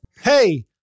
hey